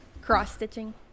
Cross-stitching